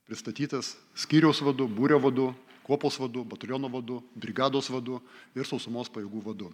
pristatytas skyriaus vadu būrio vadu kuopos vadu bataliono vadu brigados vadu ir sausumos pajėgų vadu